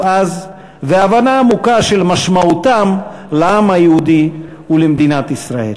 אז והבנה עמוקה של משמעותם לעם היהודי ולמדינת ישראל.